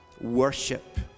worship